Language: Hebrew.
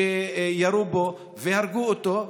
שירו בו והרגו אותו,